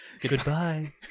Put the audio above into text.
Goodbye